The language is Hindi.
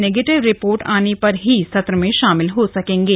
नेगेटिव रिपोर्ट आने पर ही सत्र में शामिल हो सकेंगे